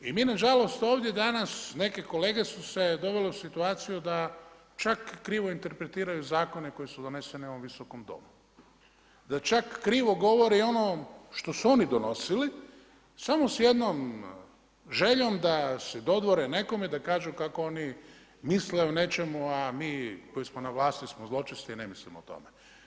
I mi na žalost ovdje danas neke kolege su se dovele u situaciju da čak krivo interpretiraju zakone koji su doneseni u ovom Visokom domu, da čak krivo govori i o onom što su oni donosili samo s jednom željom da se dodvore nekome, da kažu kako oni misle o nečemu, a mi koji smo na vlasti smo zločesti i ne mislimo o tome.